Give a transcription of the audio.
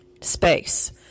Space